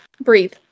breathe